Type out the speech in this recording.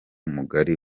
mugari